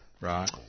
Right